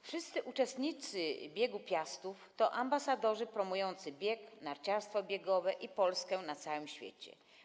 Wszyscy uczestnicy Biegu Piastów to ambasadorzy promujący bieg, narciarstwo biegowe i Polskę na całym świecie.